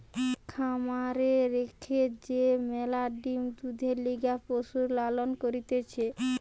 খামারে রেখে যে ম্যালা ডিম্, দুধের লিগে পশুর লালন করতিছে